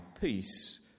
peace